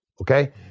okay